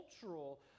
cultural